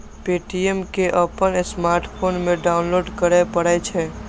Paytm कें अपन smartphone मे डाउनलोड करय पड़ै छै